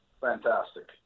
fantastic